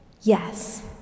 yes